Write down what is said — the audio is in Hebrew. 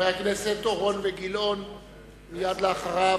חברי הכנסת אורון וגילאון יעלו מייד אחריו,